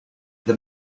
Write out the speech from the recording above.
the